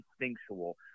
instinctual